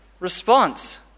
response